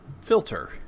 filter